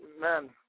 man